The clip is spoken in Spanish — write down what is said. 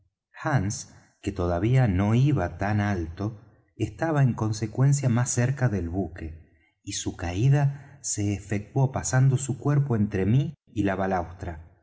hands que todavía no iba tan alto estaba en consecuencia más cerca del buque y su caída se efectuó pasando su cuerpo entre mí y la balaustra